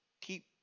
keep